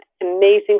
amazing